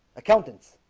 accountants